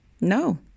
no